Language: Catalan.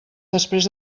després